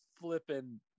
flipping